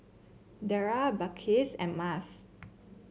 Dara Balqis and Mas